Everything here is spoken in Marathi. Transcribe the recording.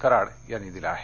कराड यांनी दिला आहे